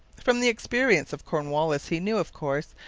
from the experience of cornwallis he knew, of course,